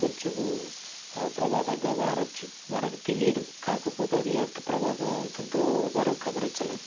కొంచెము ప్రమాదంగా మారొచ్చు మనకి తెలీదు కాకపోతే అది ఎంత ప్రమాదం అవుతుందో మనం గమనించలేం